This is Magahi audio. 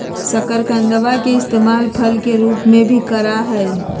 शकरकंदवा के इस्तेमाल फल के रूप में भी करा हई